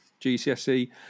GCSE